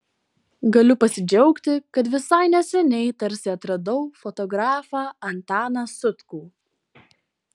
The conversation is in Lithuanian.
galiu pasidžiaugti kad visai neseniai tarsi atradau fotografą antaną sutkų